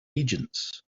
agents